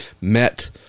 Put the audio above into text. met